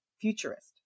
futurist